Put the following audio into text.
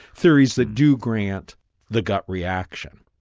theories that do grant the gut reaction,